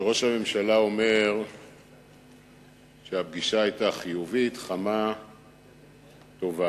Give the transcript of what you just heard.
שראש הממשלה אומר שהפגישה היתה חיובית, חמה, טובה?